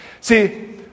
See